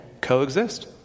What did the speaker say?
coexist